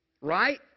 right